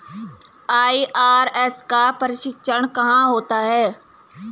IRS का प्रशिक्षण कहाँ होता है?